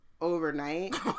overnight